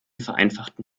vereinfachten